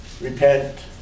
repent